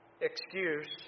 excuse